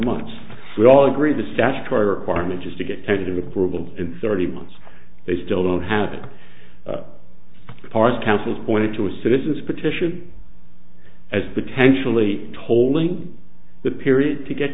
months we all agree the statutory requirement is to get tentative approval in thirty months they still don't have the parts council's pointed to a citizens petition as potentially tolling the period to get